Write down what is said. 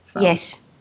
Yes